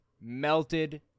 melted